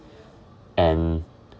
and